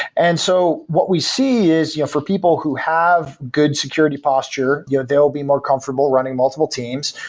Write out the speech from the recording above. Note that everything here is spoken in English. and so what we see is you know for people who have good security posture, you know they'll be more comfortable running multiple teams.